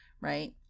right